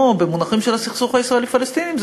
ובמונחים של הסכסוך הישראלי פלסטיני זה